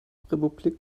republik